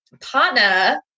partner